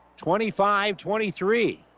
25-23